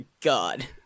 God